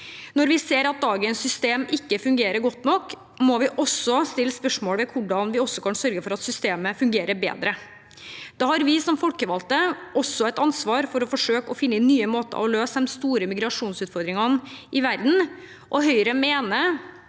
Når vi ser at dagens system ikke fungerer godt nok, må vi også se på hvordan vi kan sørge for at systemet fungerer bedre. Da har vi som folkevalgte et ansvar for å forsøke å finne nye måter å løse de store migrasjonsutfordringene i verden på. Høyre mener